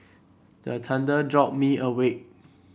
the thunder jolt me awake